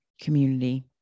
community